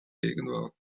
gegenwart